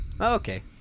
Okay